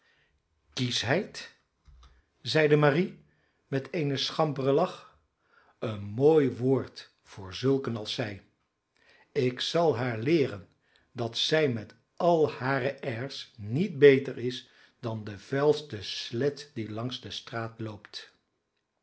kieschheid zeide marie met eenen schamperen lach een mooi woord voor zulken als zij ik zal haar leeren dat zij met al hare airs niet beter is dan de vuilste slet die langs de straat loopt